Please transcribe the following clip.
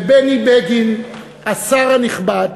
בני בגין, השר הנכבד